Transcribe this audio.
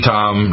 Tom